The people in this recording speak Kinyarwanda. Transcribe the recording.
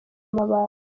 amabati